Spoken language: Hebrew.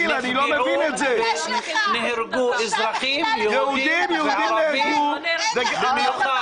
נהרגו אזרחים, יהודים וערבים --- תתבייש לך.